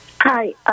Hi